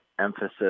emphasis